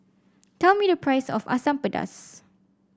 tell me the price of Asam Pedas